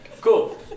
Cool